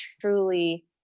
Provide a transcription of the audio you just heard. truly